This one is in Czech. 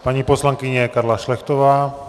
Paní poslankyně Karla Šlechtová.